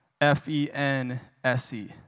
F-E-N-S-E